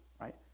right